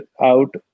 out